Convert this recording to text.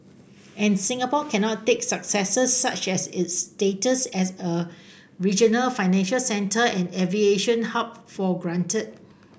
and Singapore cannot take successes such as its status as a regional financial center and aviation hub for granted